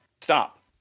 stop